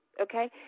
okay